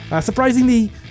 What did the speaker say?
Surprisingly